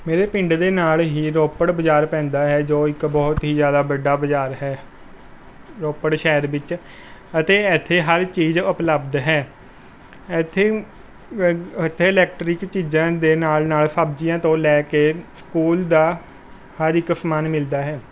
ਮੇਰੇ ਪਿੰਡ ਦੇ ਨਾਲ ਹੀ ਰੋਪੜ ਬਜ਼ਾਰ ਪੈਂਦਾ ਹੈ ਜੋ ਇੱਕ ਬਹੁਤ ਹੀ ਜ਼ਿਆਦਾ ਵੱਡਾ ਬਜ਼ਾਰ ਹੈ ਰੋਪੜ ਸ਼ਹਿਰ ਵਿੱਚ ਅਤੇ ਇੱਥੇ ਹਰ ਚੀਜ਼ ਉੁਪਲਬਧ ਹੈ ਇੱਥੇ ਇੱਥੇ ਇਲੈਕਟ੍ਰਿਕ ਚੀਜ਼ਾਂ ਦੇ ਨਾਲ ਨਾਲ ਸਬਜ਼ੀਆਂ ਤੋਂ ਲੈ ਕੇ ਸਕੂਲ ਦਾ ਹਰ ਇੱਕ ਸਮਾਨ ਮਿਲਦਾ ਹੈ